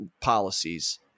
policies